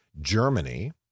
Germany